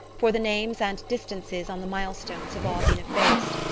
for the names and distances on the milestones have all been effaced,